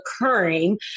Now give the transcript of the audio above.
occurring